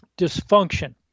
dysfunction